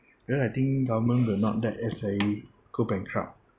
because I think government will not let S_I_A go bankrupt